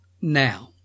Now